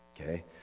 Okay